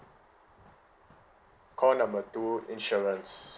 call number two insurance